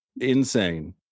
insane